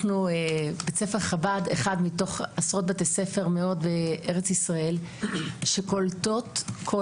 אנחנו בית ספר חב"ד אחד מתוך עשרות בתי ספר מאוד ארץ ישראל שקולטים כל